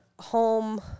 home